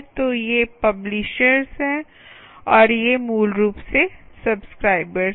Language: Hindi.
तो ये पब्लिशर्स हैं और ये मूल रूप से सब्सक्राइबर्स हैं